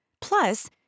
Plus